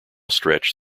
stretch